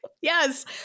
Yes